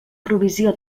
provisió